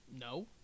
No